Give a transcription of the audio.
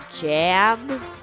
jam